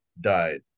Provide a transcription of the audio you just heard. died